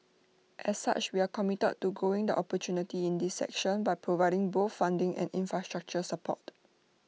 as such we are committed to growing the opportunities in this sector by providing both funding and infrastructure support